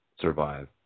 survive